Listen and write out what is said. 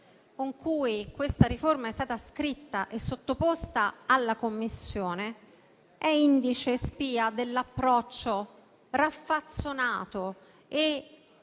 con cui questa riforma è stata scritta e sottoposta alla Commissione è indice e spia dell'approccio raffazzonato e